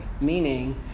meaning